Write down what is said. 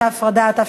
ותועבר לוועדת החוקה,